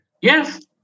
Yes